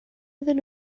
iddyn